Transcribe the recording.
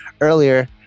earlier